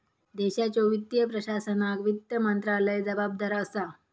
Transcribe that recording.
देशाच्यो वित्तीय प्रशासनाक वित्त मंत्रालय जबाबदार असा